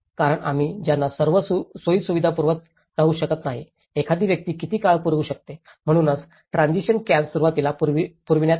कारण आम्ही त्यांना सर्व सोयीसुविधा पुरवत राहू शकत नाही एखादी व्यक्ती किती काळ पुरवू शकते म्हणूनच ट्रान्सिशन कॅम्प्स सुरुवातीला पुरविण्यात आल्या